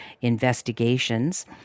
investigations